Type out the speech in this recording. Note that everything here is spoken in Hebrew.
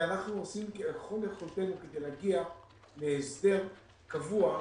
ואנחנו עושים ככל יכולתנו כדי להגיע להסדר קבוע,